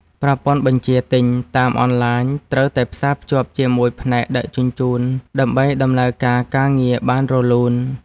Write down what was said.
ប្រព័ន្ធបញ្ជាទិញតាមអនឡាញត្រូវតែផ្សារភ្ជាប់ជាមួយផ្នែកដឹកជញ្ជូន ដើម្បីដំណើរការការងារបានរលូន។